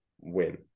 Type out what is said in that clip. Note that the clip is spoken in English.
win